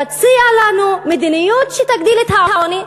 תציע לנו מדיניות שתגדיל את העוני,